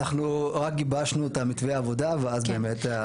אנחנו רק גיבשנו את מתווה העבודה, ואז באמת.